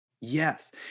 Yes